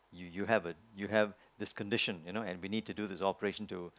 you you have a you have this condition you know and we need to do this operation to